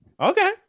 okay